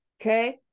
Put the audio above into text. Okay